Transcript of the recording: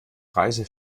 preise